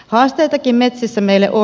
haasteitakin metsissä meille on